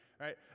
Right